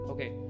Okay